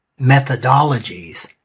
methodologies